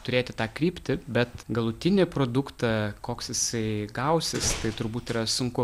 turėti tą kryptį bet galutinį produktą koks jisai gausis tai turbūt yra sunku